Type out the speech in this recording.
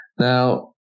Now